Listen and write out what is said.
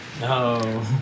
no